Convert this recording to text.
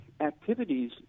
activities